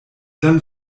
dann